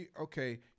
Okay